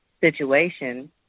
situation